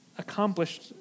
Accomplished